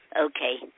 Okay